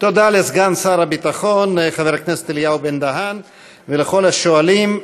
תודה לסגן שר הביטחון חבר הכנסת אליהו בן-דהן ולכל השואלים.